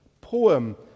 poem